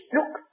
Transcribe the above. Look